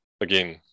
again